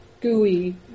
gooey